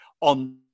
on